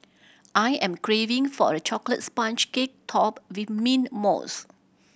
I am craving for a chocolate sponge cake topped with mint mousse